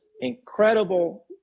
incredible